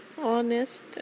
honest